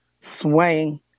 swaying